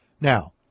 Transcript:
Now